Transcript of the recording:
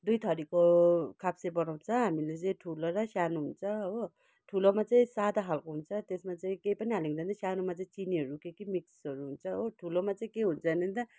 दुई थरीको खाप्से बनाउँछ हामीले चाहिँ ठुलो र सानो हुन्छ हो ठुलोमा चाहिँ सादा खाले हुन्छ त्यसमा चाहिँ केही पनि हालेको हुँदैन सानोमा चाहिँ चिनीहरू के के मिक्सहरू हुन्छ हो ठुलोमा चाहिँ केही हुँदैनन् त